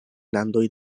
landoj